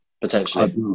potentially